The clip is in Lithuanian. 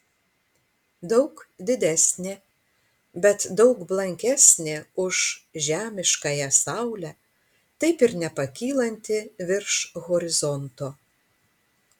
daug didesnė bet daug blankesnė už žemiškąją saulę taip ir nepakylanti virš horizonto